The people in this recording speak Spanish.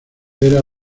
era